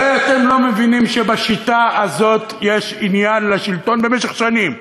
הרי אתם לא מבינים שבשיטה הזאת יש עניין לשלטון במשך שנים,